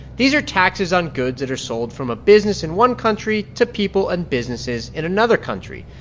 these are taxes on goods that are sold from a business in one country to people and businesses in another country.